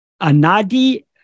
anadi